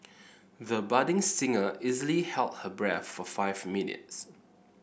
the budding singer easily held her breath for five minutes